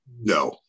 No